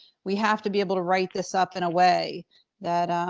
we have to be able to write this up in a way that